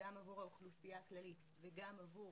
גם עבור האוכלוסייה הכללית וגם עבור